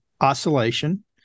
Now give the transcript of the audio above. oscillation